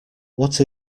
what